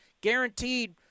guaranteed